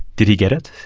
did he get it?